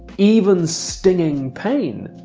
even stinging pain,